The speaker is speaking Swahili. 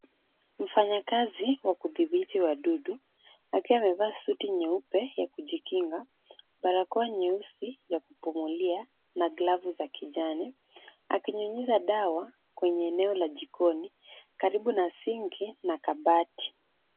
Mfanya kazi wa kudhibiti wadudu akiwa amevaa suti nyeupe ya kujikinga, barakoa nyeusi ya kupumulia na glavu za kijani, akinyunyiza dawa kwenye eneo la jikoni karibu na sinki na kabati.